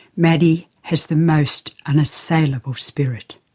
maddy has the most unassailable spirit.